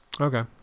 Okay